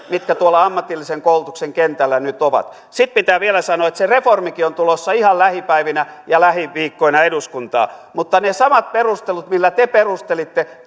mitkä tuolla ammatillisen koulutuksen kentällä nyt ovat sitten pitää vielä sanoa että se reformikin on tulossa ihan lähipäivinä ja lähiviikkoina eduskuntaan mutta ne samat perustelut millä te perustelitte